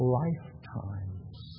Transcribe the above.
lifetimes